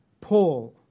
Paul